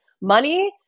Money